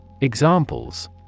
Examples